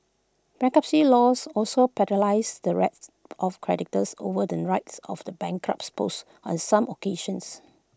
bankruptcy laws also the rights of creditors over the rights of the bankrupt's spouse on some occasions